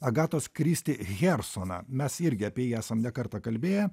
agatos kristi hersoną mes irgi apie jį esam ne kartą kalbėję